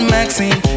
Maxine